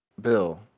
Bill